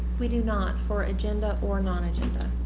we do not for agenda or non-agenda.